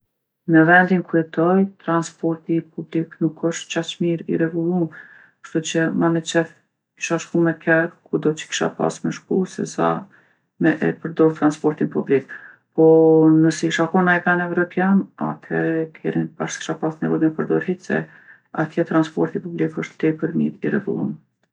Në vendin ku jetoj transporti publik nuk osht qaq mirë i rregullum, kshtu që ma me qef kisha shku me ker kudo që kisha pasë me shku sesa me e përdorë transportin publik. Po nëse isha kon naj ven evropjan, athere kerin bash s'kisha pasë nevojë me përdorë hiq se atje transporti publik osht tepër mirë i rregullum